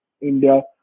India